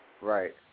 Right